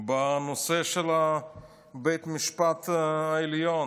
בנושא בית המשפט העליון.